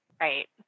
right